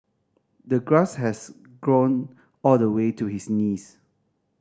the grass has grown all the way to his knees